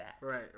right